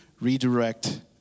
redirect